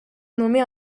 nommé